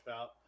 out